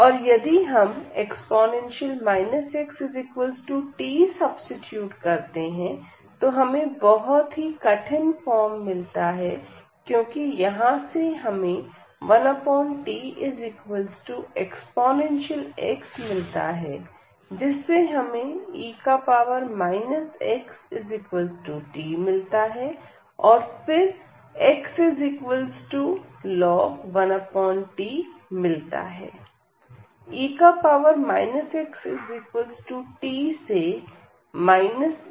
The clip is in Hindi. और यदि हम e xt सब्सीट्यूट करते हैं तो हमें बहुत ही कठिन फॉर्म मिलता है क्योंकि यहां से हमें 1tex मिलता है जिससे हमें e xt मिलता है और फिर x 1t मिलता है